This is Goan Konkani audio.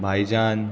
भायजान